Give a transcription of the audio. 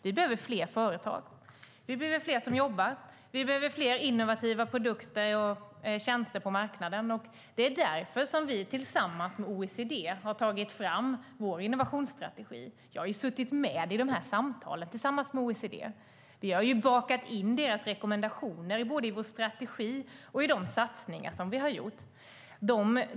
Vi behöver fler företag, vi behöver fler som jobbar och vi behöver fler innovativa produkter och tjänster på marknaden. Det är därför som vi tillsammans med OECD har tagit fram vår innovationsstrategi. Jag har ju suttit med i de samtalen med OECD. Vi har bakat in deras rekommendationer både i vår strategi och i de satsningar som vi har gjort.